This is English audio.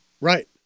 Right